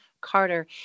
Carter